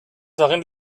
darin